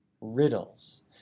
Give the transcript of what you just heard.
riddles